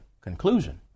conclusion